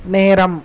நேரம்